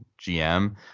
GM